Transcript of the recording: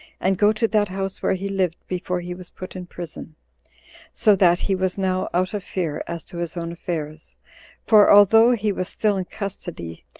and go to that house where he lived before he was put in prison so that he was now out of fear as to his own affairs for although he was still in custody,